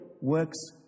works